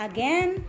Again